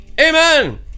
Amen